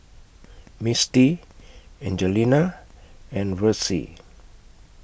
Misty Angelina and Versie